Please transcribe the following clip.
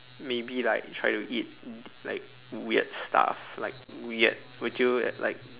maybe like try to eat like weird stuff like weird would you at like